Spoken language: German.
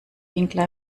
winkler